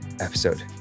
episode